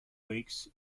weeks